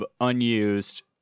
unused